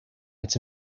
it’s